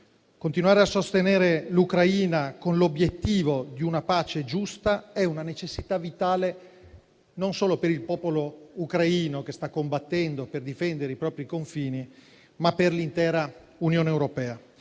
Continuare a sostenere l'Ucraina con l'obiettivo di una pace giusta è una necessità vitale non solo per il popolo ucraino, che sta combattendo per difendere i propri confini, ma per l'intera Unione europea.